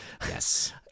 Yes